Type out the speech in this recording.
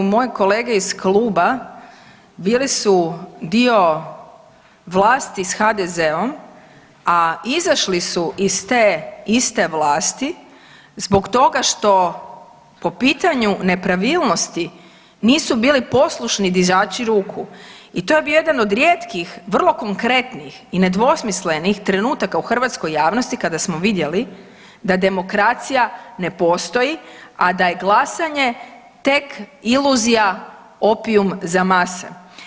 Moje kolege iz kluba bili su dio vlasti s HDZ-om, a izašli su iz te iste vlasti zbog toga što po pitanju nepravilnosti nisu bili poslušni dizači ruku i to je bio jedan od rijetkih vrlo konkretnih i nedvosmislenih trenutaka u hrvatskoj javnosti kada smo vidjeli da demokracija ne postoji, a da je glasanje tek iluzija opijum za mase.